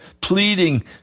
pleading